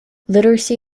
literacy